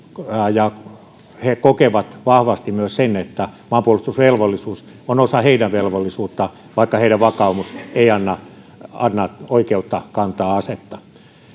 ja he kokevat vahvasti myös sen että maanpuolustusvelvollisuus on osa heidän velvollisuuttaan vaikka heidän vakaumuksensa ei anna anna oikeutta kantaa asetta